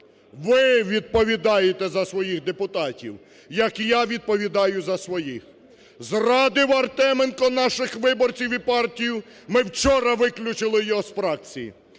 Ви відповідаєте за своїх депутатів, як я відповідаю за своїх. Зрадив Артеменко наших виборців і партію – ми вчора виключили його з фракції.